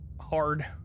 hard